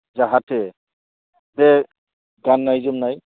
जाहाथे बे गान्नाय जोमनाय